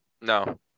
No